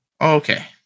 Okay